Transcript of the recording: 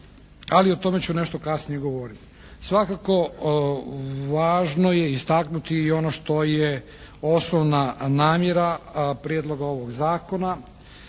Ali o tome ću nešto kasnije govoriti. Svakako važno je istaknuti i ono što je osnovna namjera Prijedloga ovog zakona